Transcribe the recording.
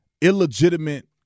illegitimate